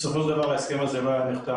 בסופו של דבר ההסכם הזה לא היה נחתם